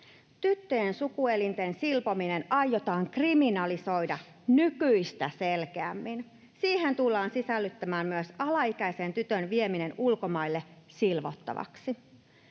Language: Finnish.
Tyttöjen sukuelinten silpominen aiotaan kriminalisoida nykyistä selkeämmin. Siihen tullaan sisällyttämään myös alaikäisen tytön vieminen ulkomaille silvottavaksi.